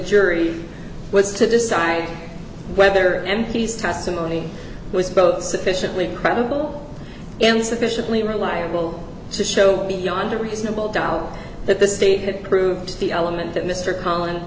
jury was to decide whether m p s testimony was both sufficiently credible and sufficiently reliable to show beyond a reasonable doubt that the state had proved the element that mr collins